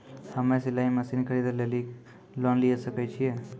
हम्मे सिलाई मसीन खरीदे लेली लोन लिये सकय छियै?